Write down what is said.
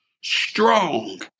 strong